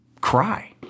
Cry